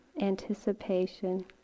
anticipation